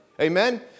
Amen